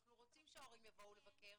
ואנחנו רוצים שההורים יבואו לבקר,